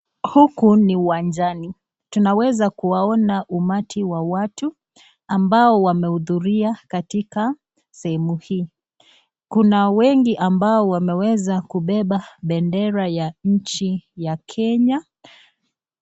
Huku ni uwanjani. Tunaweza kuwaona umati wa watu ambao wamehudhuria katika sehemu hii. Kuna wengi ambao wameweza kubeba bendera ya nchi ya Kenya.